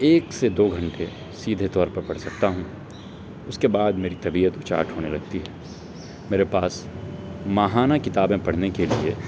ایک سے دو گھنٹے سیدھے طور پر پڑھ سکتا ہوں اس کے بعد میری طبیعت اچاٹ ہونے لگتی ہے میرے پاس ماہانہ کتابیں پڑھنے کے لیے